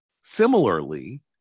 Similarly